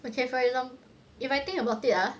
okay for example if I think about it ah